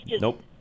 Nope